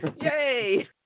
Yay